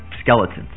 skeletons